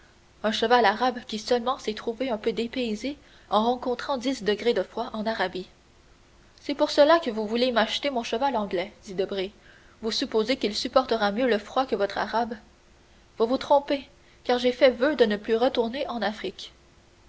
un cheval arabe qui seulement s'est trouvé un peu dépaysé en rencontrant dix degrés de froid en arabie c'est pour cela que vous voulez m'acheter mon cheval anglais dit debray vous supposez qu'il supportera mieux le froid que votre arabe vous vous trompez car j'ai fait voeu de ne plus retourner en afrique